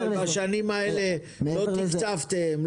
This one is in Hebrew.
אבל בשנים האלה לא תקצבתם,